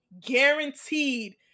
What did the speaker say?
guaranteed